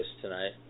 tonight